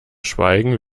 schweigen